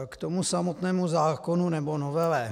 K tomu samotnému zákonu, nebo novele.